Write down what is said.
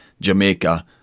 Jamaica